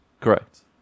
Correct